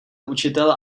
učitel